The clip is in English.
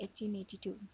1882